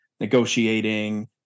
negotiating